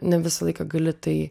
ne visą laiką gali tai